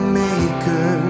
maker